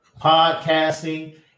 podcasting